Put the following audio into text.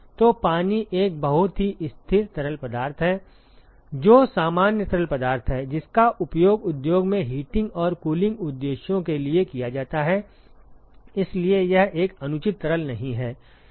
तो पानी एक बहुत ही स्थिर तरल पदार्थ है जो सामान्य तरल पदार्थ है जिसका उपयोग उद्योग में हीटिंग और कूलिंग उद्देश्यों के लिए किया जाता है इसलिए यह एक अनुचित तरल नहीं है